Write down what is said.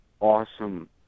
awesome